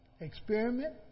Experiment